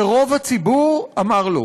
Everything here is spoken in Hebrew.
ורוב הציבור אמר לא.